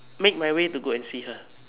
make my way to go and see her